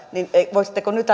voisitteko nyt